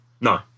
No